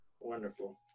Wonderful